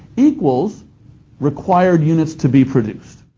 equals required units to be produced,